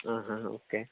okay